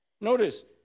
Notice